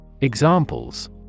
Examples